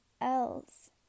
else